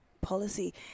Policy